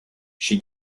she